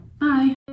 Bye